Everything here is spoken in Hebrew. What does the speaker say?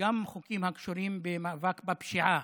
גם חוקים הקשורים במאבק בפשיעה